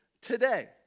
today